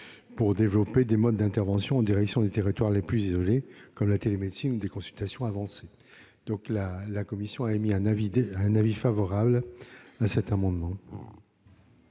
pour développer des modes d'intervention en direction des territoires les plus isolés, comme la télémédecine ou des consultations avancées. La commission émet un avis favorable. Quel est